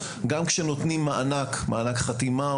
גם כשנותנים מענק חתימה,